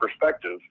perspective –